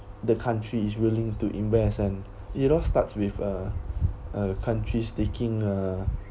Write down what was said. the country is willing to invest and it all starts with a uh uh countries taking uh